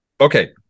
Okay